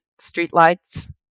streetlights